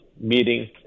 meeting